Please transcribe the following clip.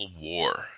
war